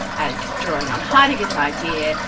as drawing on heidegger's idea,